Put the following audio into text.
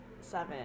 seven